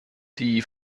die